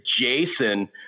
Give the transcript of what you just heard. Jason